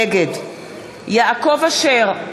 נגד יעקב אשר,